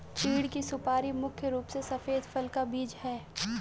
चीढ़ की सुपारी मुख्य रूप से सफेद फल का बीज है